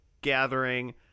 gathering